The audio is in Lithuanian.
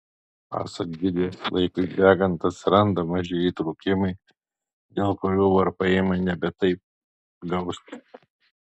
pasak gidės laikui bėgant atsiranda maži įtrūkimai dėl kurių varpai ima nebe taip gausti